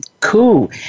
cool